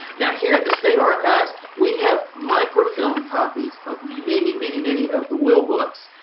now here at the state archives, we have microfilmed copies of many, many, many of the will books,